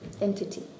entity